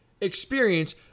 experience